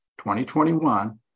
2021